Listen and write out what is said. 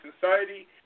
society